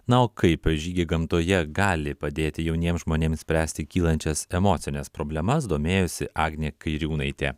na o kaip žygiai gamtoje gali padėti jauniems žmonėms spręsti kylančias emocines problemas domėjosi agnė kairiūnaitė